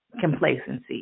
complacency